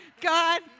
God